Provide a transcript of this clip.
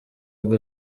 ngo